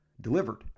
delivered